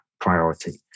priority